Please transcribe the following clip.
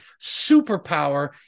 superpower